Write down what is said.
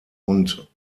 und